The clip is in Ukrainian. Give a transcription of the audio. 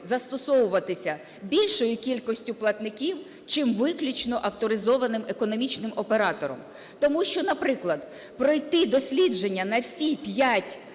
застосовуватися більшою кількістю платників, чим виключно авторизованим економічним оператором. Тому що, наприклад, пройти дослідження на всі 5 критеріїв